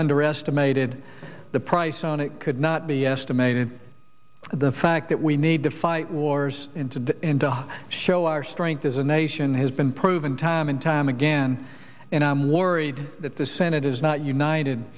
underestimated the price on it could not be estimated the fact that we need to fight wars in to show our strength as a nation has been proven time and time again and i'm worried that the senate is not united